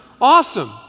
awesome